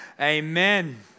Amen